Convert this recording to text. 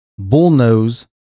bullnose